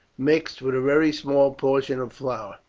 mixed with a very small portion of flour.